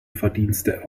verdienste